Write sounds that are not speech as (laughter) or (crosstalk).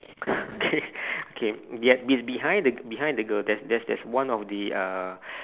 K (laughs) okay be~ be~ behind behind the girl there's there's there's one of the uh